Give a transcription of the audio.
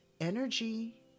energy